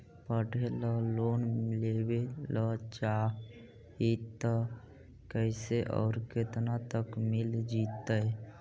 पढ़े ल लोन लेबे ल चाह ही त कैसे औ केतना तक मिल जितै?